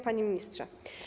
Panie Ministrze!